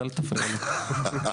אז אל תפריע לו.